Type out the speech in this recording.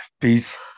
Peace